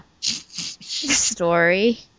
story